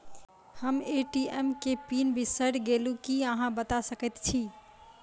हम ए.टी.एम केँ पिन बिसईर गेलू की अहाँ बता सकैत छी?